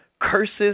curses